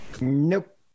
Nope